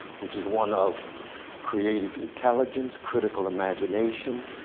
which is one of creative intelligence, critical imagination,